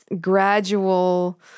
gradual